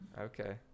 okay